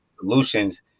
solutions